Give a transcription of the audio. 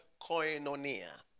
koinonia